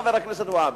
חבר הכנסת והבה,